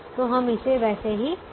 तो हम इसे वैसे ही रखते हैं